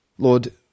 Lord